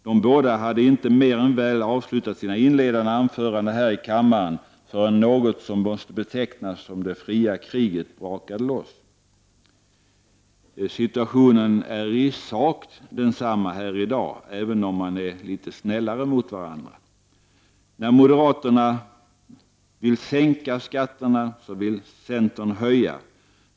De båda hade inte mer än avslutat sina inledande anföranden här i kammaren förrän något som måste betecknas som det fria kriget brakade loss. Situationen är i sak densamma även i dag, även om man är litet snällare mot varandra, När moderaterna vill sänka skatterna, vill centern höja.